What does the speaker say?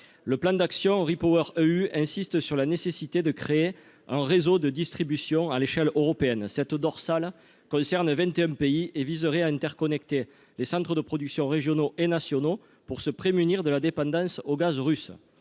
le plan d'action riz Power insiste sur la nécessité de créer un réseau de distribution à l'échelle européenne, cette dorsale concerne 21 pays et viserait à interconnecter les centres de production, régionaux et nationaux pour se prémunir de la dépendance au gaz russe,